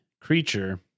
creature